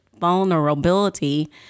vulnerability